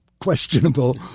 questionable